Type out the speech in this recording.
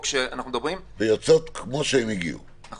עליו אנחנו מדברים --- ויוצאות כמו שהן הגיעו הבנתי.